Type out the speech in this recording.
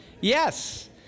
Yes